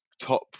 top